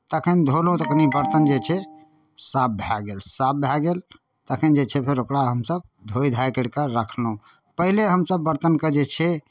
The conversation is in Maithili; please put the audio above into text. तखन धौलहुँ तऽ कनि बर्तन जे छै साफ भए गेल साफ भए गेल तखन जे छै फेर ओकरा हमसभ धोए धाए करि कऽ रखलहुँ पहिले हमसभ बरतनकेँ जे छै